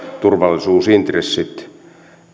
turvallisuusintressit